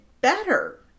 better